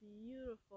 beautiful